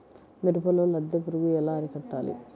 మిరపలో లద్దె పురుగు ఎలా అరికట్టాలి?